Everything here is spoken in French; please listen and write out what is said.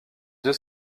deux